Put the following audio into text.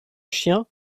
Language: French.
chien